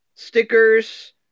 stickers